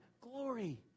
glory